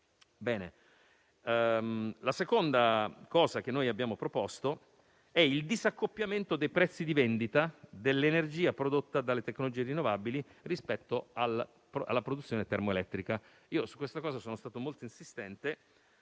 La seconda misura che abbiamo proposto è il disaccoppiamento dei prezzi di vendita dell'energia prodotta dalle tecnologie rinnovabili rispetto alla produzione termoelettrica. Su questa cosa sono stato molto insistente;